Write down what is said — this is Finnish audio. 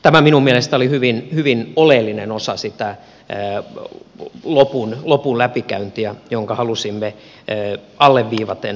tämä minun mielestäni oli hyvin oleellinen osa sitä lopun läpikäyntiä jonka halusimme alleviivaten varmistaa